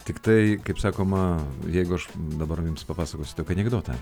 tiktai kaip sakoma jeigu aš dabar jums papasakosiu tokį anekdotą